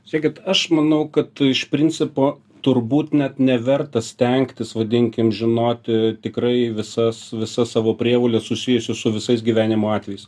žėkit aš manau kad iš principo turbūt net neverta stengtis vadinkim žinoti tikrai visas visas savo prievoles susijusias su visais gyvenimo atvejais